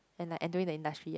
and like enduring the industry ya